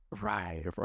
Right